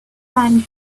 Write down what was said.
sand